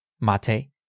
Mate